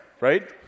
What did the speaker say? right